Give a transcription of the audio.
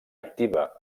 activa